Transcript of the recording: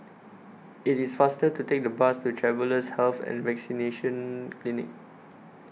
IT IS faster to Take The Bus to Travellers' Health and Vaccination Clinic